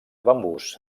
bambús